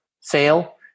sale